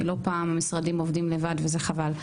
לא פעם המשרדים עובדים לבד וזה חבל.